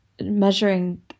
measuring